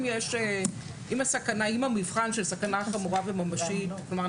אם יש המבחן של סכנה חמורה וממשית כלומר,